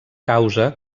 causa